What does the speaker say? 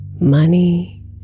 money